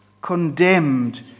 condemned